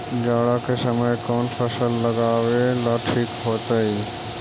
जाड़ा के समय कौन फसल लगावेला ठिक होतइ?